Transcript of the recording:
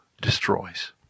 destroys